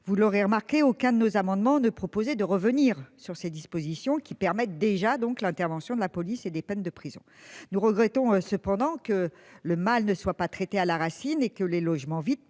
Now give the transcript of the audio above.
Vous l'aurez remarqué aucun de nos amendements ne proposer de revenir sur ces dispositions qui permettent déjà donc l'intervention de la police et des peines de prison. Nous regrettons cependant que le mal ne soit pas traitée à la racine et que les logements vides